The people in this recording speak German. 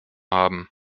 haben